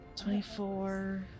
24